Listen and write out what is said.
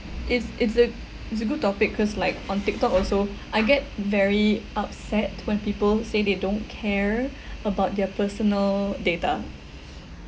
it's it's a it's a good topic cause like on tiktok also I get very upset when people say they don't care about their personal data